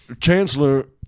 Chancellor